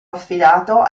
affidato